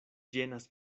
ĝenas